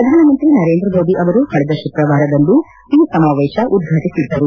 ಪ್ರಧಾನಮಂತ್ರಿ ನರೇಂದ್ರ ಮೋದಿ ಕಳೆದ ಶುಕ್ರವಾರದಂದು ಈ ಸಮಾವೇಶ ಉದ್ರಾಟಿಸಿದ್ದರು